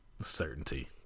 certainty